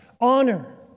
honor